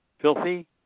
filthy